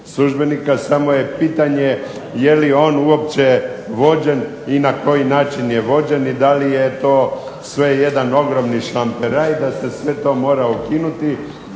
samo je pitanje je li on uopće vođen i na koji način je vođen i da li je to sve jedan ogroman šlamperaj da se sve to mora ukinuti,